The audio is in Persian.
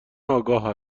آگاه